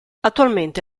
attualmente